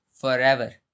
forever